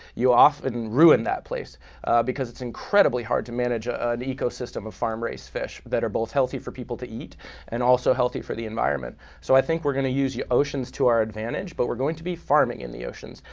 you often ruin that place because it's incredibly hard to manage ah an ecosystem of farm-raised fish that are both healthy for people to eat and also healthy for the environment. so i think we're going to use the oceans to our advantage, but we're going to be farming in the oceans,